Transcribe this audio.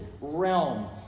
realm